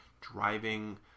driving